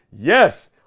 Yes